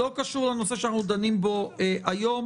זה לא קשור לנושא שאנחנו דנים בו היום.